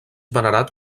venerat